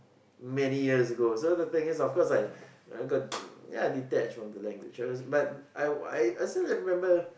many years ago so the thing is of course I ya got detached from the language but I I still can remember